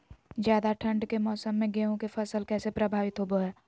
ज्यादा ठंड के मौसम में गेहूं के फसल कैसे प्रभावित होबो हय?